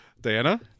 Diana